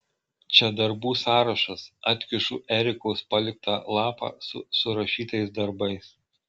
čia darbų sąrašas atkišu erikos paliktą lapą su surašytais darbais